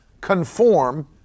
conform